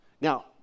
Now